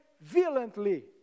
violently